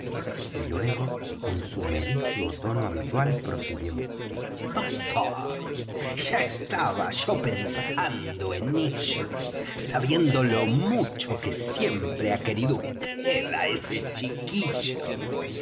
y luego en su melifluo tono habitual prosiguió doctor ya estaba yo pensando en ello sabiendo lo mucho que siempre ha querido vd á este chiquillo